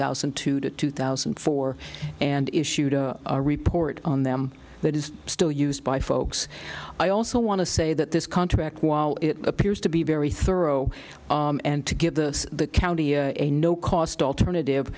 thousand and two to two thousand and four and issued a report on them the it is still used by folks i also want to say that this contract while it appears to be very thorough and to give the county a a no cost alternative